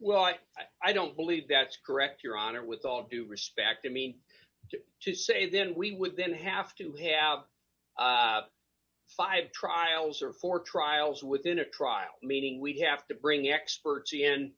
well i don't believe that's correct your honor with all due respect i mean to say then we would then have to have five trials or four trials within a trial meeting we have to bring experts in